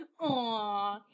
Aww